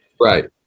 right